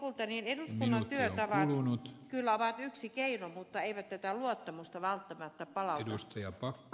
eduskunnan työtavat kyllä ovat yksi keino mutta eivät tätä luottamusta välttämättä palauta